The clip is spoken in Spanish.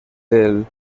del